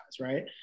Right